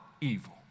evil